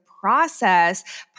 process